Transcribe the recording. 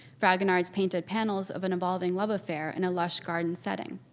fragonard's painted panels of an evolving love affair in a lush garden setting.